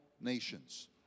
nations